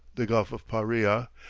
the gulf of paria,